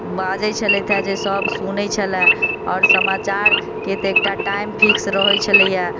बाजै छलथि हँ जे सब सुनै छलै आओर समाचार के तऽ एकटा टाइम फिक्स रहै छलैया